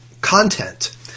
content